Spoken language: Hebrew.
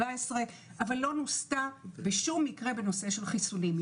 אבל לא נוסתה בשום מקרה בנושא של חיסונים.